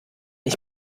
ich